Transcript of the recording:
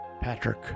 Patrick